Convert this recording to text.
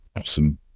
Awesome